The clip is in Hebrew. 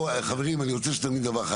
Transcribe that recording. חברים, אני רוצה שתבינו דבר אחד.